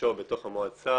בראשו בתוך המועצה,